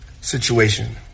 situation